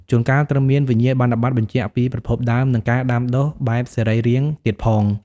ជួនកាលត្រូវមានវិញ្ញាបនបត្របញ្ជាក់ពីប្រភពដើម និងការដាំដុះបែបសរីរាង្គទៀតផង។